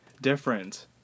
different